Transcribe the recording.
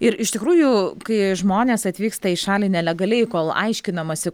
ir iš tikrųjų kai žmonės atvyksta į šalį nelegaliai kol aiškinamasi